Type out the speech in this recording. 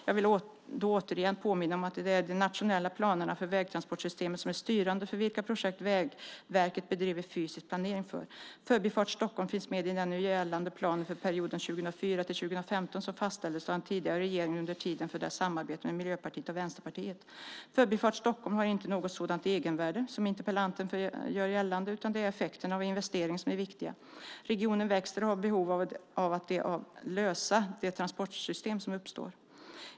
Jag vill då återigen påminna om att det är de nationella planerna för vägtransportsystemet som är styrande för vilka projekt Vägverket bedriver fysisk planering för. Förbifart Stockholm finns med i den nu gällande planen för perioden 2004-2015 som fastställdes av den tidigare regeringen under tiden för dess samarbete med Miljöpartiet och Vänsterpartiet. Förbifart Stockholm har inte något sådant egenvärde som interpellanten gör gällande, utan det är effekterna av investeringen som är det viktiga. Regionen växer och har behov av att lösa de transportbehov som uppstår.